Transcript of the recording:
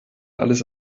alles